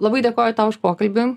labai dėkoju tau už pokalbį